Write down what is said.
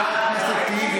חבר הכנסת טיבי.